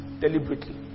deliberately